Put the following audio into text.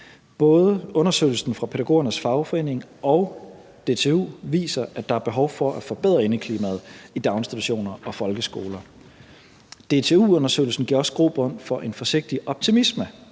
Både undersøgelsen fra pædagogernes fagforening og DTU viser, at der er behov for at forbedre indeklimaet i daginstitutioner og folkeskoler. DTU-undersøgelsen giver også grobund for en forsigtig optimisme,